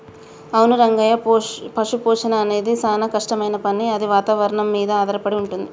అవును రంగయ్య పశుపోషణ అనేది సానా కట్టమైన పని అది వాతావరణం మీద ఆధారపడి వుంటుంది